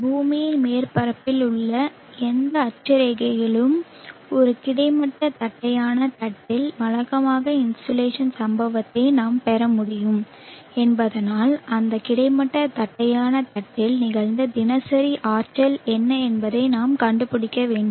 பூமியின் மேற்பரப்பில் உள்ள எந்த அட்சரேகைகளிலும் ஒரு கிடைமட்ட தட்டையான தட்டில் வழக்கமாக இன்சோலேஷன் சம்பவத்தை நாம் பெற முடியும் என்பதால் அந்த கிடைமட்ட தட்டையான தட்டில் நிகழ்ந்த தினசரி ஆற்றல் என்ன என்பதை நாம் கண்டுபிடிக்க வேண்டும்